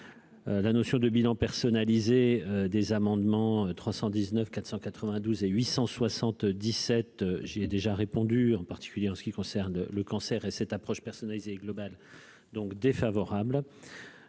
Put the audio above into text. La notion de bilan personnalisé des amendements 319 492 et 877 j'ai déjà répondu, en particulier en ce qui concerne le cancer et cette approche personnalisée donc défavorable